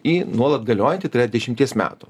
į nuolat galiojantį tai yra dešimties metų